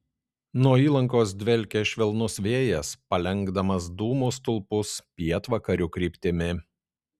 nuo įlankos dvelkė švelnus vėjas palenkdamas dūmų stulpus pietvakarių kryptimi